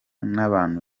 nabantu